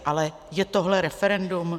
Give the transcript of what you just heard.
Ale je tohle referendum?